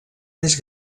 més